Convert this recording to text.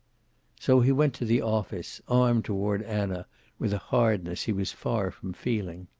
so he went to the office, armed toward anna with a hardness he was far from feeling.